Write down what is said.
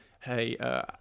Hey